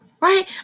Right